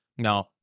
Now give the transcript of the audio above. No